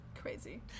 Crazy